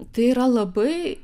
tai yra labai